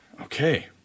Okay